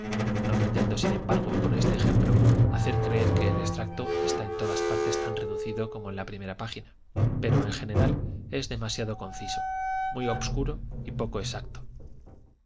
no pretendo sin embargo con este ejemplo hacer creer que el extracto está en todas partes tan reducido como en la primera página pero en general es demasiado conciso muy obscuro y poco exacto